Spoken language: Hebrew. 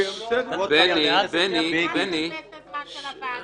חבל לבזבז את הזמן של הוועדה.